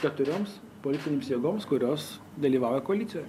keturioms politinėms jėgoms kurios dalyvauja koalicijoj